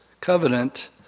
covenant